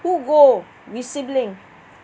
who go with sibling